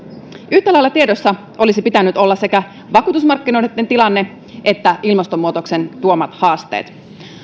yhtä lailla tiedossa olisi pitänyt olla sekä vakuutusmarkkinoitten tilanne että ilmastonmuutoksen tuomat haasteet